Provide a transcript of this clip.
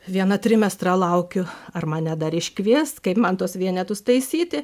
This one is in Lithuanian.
vieną trimestrą laukiu ar mane dar iškvies kaip man tuos vienetus taisyti